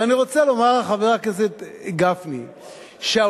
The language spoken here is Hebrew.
ואני רוצה לומר לחבר הכנסת גפני שהעובדה,